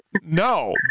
no